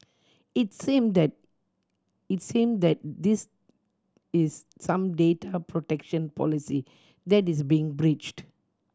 it seem that it seem that this is some data protection policy that is being breached